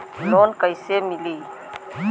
Loan कईसे मिली?